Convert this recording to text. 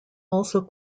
also